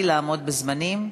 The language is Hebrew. להגן על עצמם בעצמם.